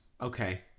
Okay